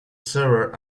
server